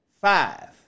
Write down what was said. five